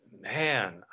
man